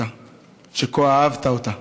שכה אהבת אותה,